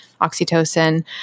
oxytocin